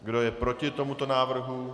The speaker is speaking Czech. Kdo je proti tomuto návrhu?